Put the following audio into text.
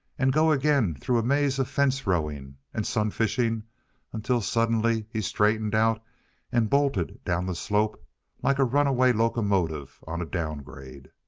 and go again through a maze of fence-rowing and sun-fishing until suddenly he straightened out and bolted down the slope like a runaway locomotive on a downgrade.